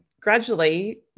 gradually